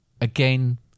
again